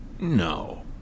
No